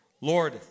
Lord